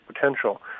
potential